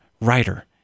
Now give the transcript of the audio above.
writer